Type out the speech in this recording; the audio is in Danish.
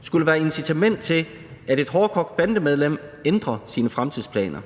skulle være et incitament til, at et hårdkogt bandemedlem ændrer sine fremtidsplaner.